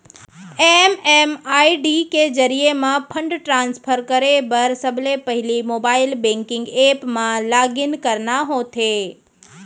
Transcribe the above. MMID के जरिये म फंड ट्रांसफर करे बर सबले पहिली मोबाइल बेंकिंग ऐप म लॉगिन करना होथे